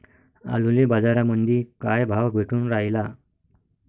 आलूले बाजारामंदी काय भाव भेटून रायला?